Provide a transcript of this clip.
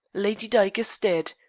lady dyke is dead,